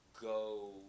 go